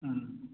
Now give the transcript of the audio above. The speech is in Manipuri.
ꯎꯝ